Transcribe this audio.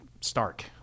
Stark